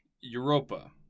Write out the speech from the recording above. Europa